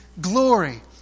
glory